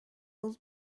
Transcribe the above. old